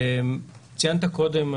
ציינת קודם,